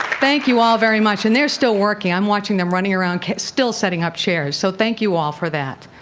thank you all very much and they're still working. i'm watching them running around still setting up chairs. so thank you all for that.